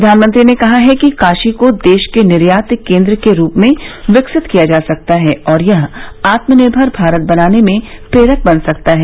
प्रधानमंत्री ने कहा है कि काशी को देश के निर्यात केन्द्र के रूप में विकसित किया जा सकता है और यह आत्मनिर्भर भारत बनाने में प्रेरक बन सकता है